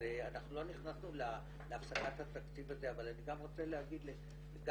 אנחנו לא נכנסנו להפסקת התקציב הזה אבל אני גם רוצה להגיד גם